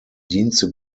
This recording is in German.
dienste